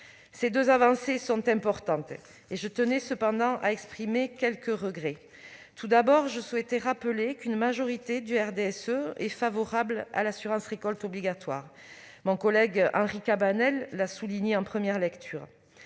Ces deux avancées sont importantes. Je tenais cependant à exprimer quelques regrets. Tout d'abord, je souhaitais rappeler qu'une majorité du RDSE est favorable à l'assurance récolte obligatoire, comme mon collègue Henri Cabanel l'a souligné en première lecture.